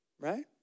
Right